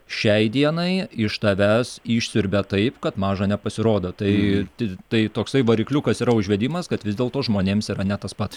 šiai dienai iš tavęs išsiurbia taip kad maža nepasirodo tai ti tai toksai varikliukas yra užvedimas kad vis dėlto žmonėms yra ne tas pat